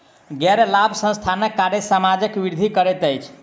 गैर लाभ संस्थानक कार्य समाजक वृद्धि करैत अछि